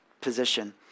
position